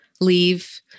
leave